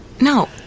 No